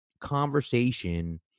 conversation